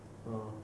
oh